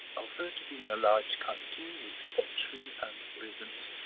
ufford being a large county, with pottery, and ribbons,